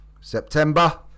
September